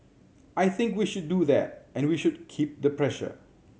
I think we should do that and we should keep the pressure